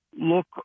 look